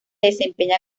desempeña